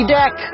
deck